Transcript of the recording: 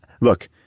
look